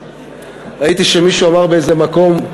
ראיתי שמישהו אמר באיזה מקום,